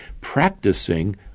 practicing